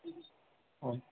हो